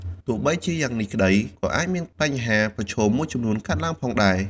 ទោះជាយ៉ាងនេះក្តី ក៏អាចមានបញ្ហាប្រឈមមួយចំនួនកើតឡើងផងដែរ។